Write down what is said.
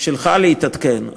שלך להתעדכן,